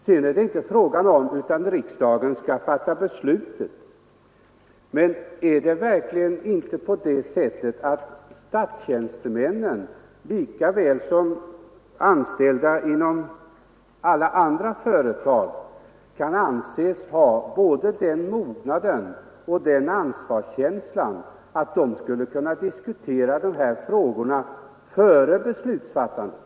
Sedan är det inte fråga om att det inte är riksdagen som skall fatta beslutet, men kan verkligen inte statstjänstemännen, lika väl som anställda inom privata företag, anses ha både mognad och sådan ansvarskänsla att de skulle kunna diskutera sådana frågor före beslutsfattandet?